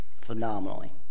phenomenally